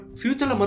future